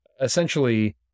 essentially